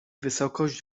wysokość